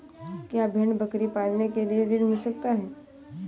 क्या भेड़ बकरी पालने के लिए ऋण मिल सकता है?